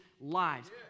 lives